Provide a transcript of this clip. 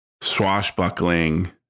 swashbuckling